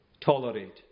Tolerate